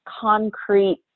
concrete